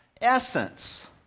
essence